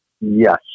Yes